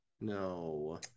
no